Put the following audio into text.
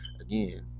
again